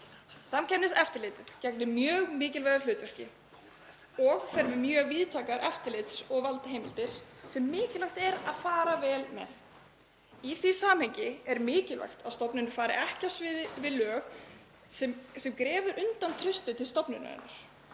Samkeppniseftirlitið gegnir mjög veigamiklu hlutverki og fer með mjög víðtækar eftirlits- og valdheimildir sem mikilvægt er að fara vel með. Í því samhengi er mikilvægt að stofnunin fari ekki á svig við lög sem grefur undan trausti til stofnunarinnar